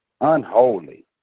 unholy